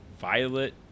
violet